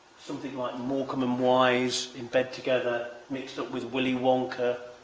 something like malcom and wise in bed together, mixed up with willy wonka.